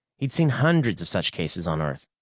he'd seen hundreds of such cases on earth.